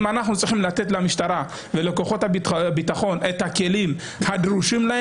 אם אנחנו צריכים לתת למשטרה ולכוחות הביטחון את הכלים להם,